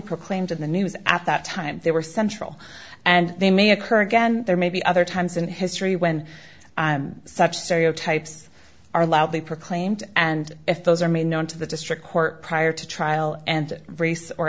proclaimed in the news at that time they were central and they may occur again there may be other times in history when such stereotypes are loudly proclaimed and if those are made known to the district court prior to trial and race or